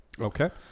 Okay